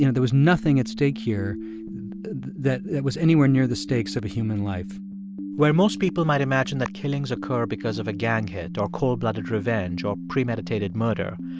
you know there was nothing at stake here that that was anywhere near the stakes of a human life where most people might imagine that killings occur because of a gang hit or cold-blooded revenge or premeditated murder,